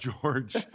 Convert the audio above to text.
George